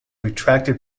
retracted